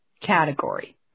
category